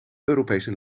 europese